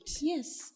Yes